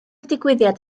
digwyddiad